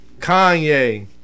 Kanye